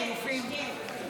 ההסתייגות נדחתה.